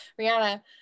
Rihanna